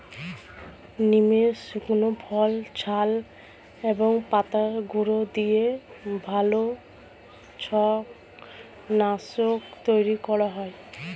নিমের শুকনো ফল, ছাল এবং পাতার গুঁড়ো দিয়ে ভালো ছত্রাক নাশক তৈরি করা যায়